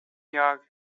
jag